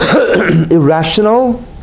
irrational